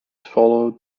followed